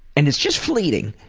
and it's just fleeting.